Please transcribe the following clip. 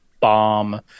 bomb